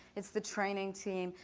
it's the training team.